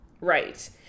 Right